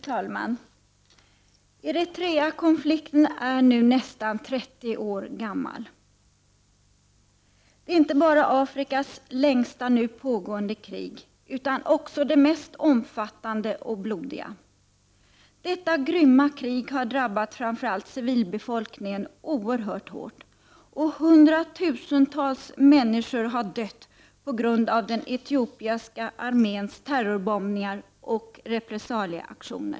Fru talman! Eritreakonflikten är nu nästan 30 år gammal. Det är inte bara Afrikas längsta nu pågående krig, utan också det mest omfattande och blodiga. Detta grymma krig har drabbat framför allt civilbefolkningen oerhört hårt, och hundratusentals människor har dött på grund av den etiopiska arméns terrorbombningar och repressalieaktioner.